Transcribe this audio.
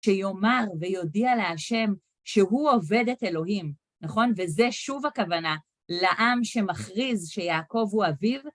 שיאמר ויודיע להשם שהוא עובד את אלוהים, נכון? וזה שוב הכוונה לעם שמכריז שיעקב הוא אביו.